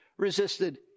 Resisted